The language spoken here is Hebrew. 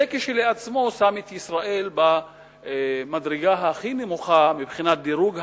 זה כשלעצמו שם את ישראל במדרגה הכי נמוכה בדירוג המדינות,